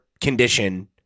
condition